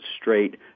straight